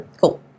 cool